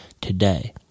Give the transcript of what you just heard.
today